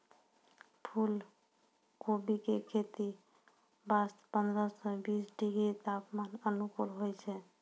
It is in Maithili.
फुलकोबी के खेती वास्तॅ पंद्रह सॅ बीस डिग्री तापमान अनुकूल होय छै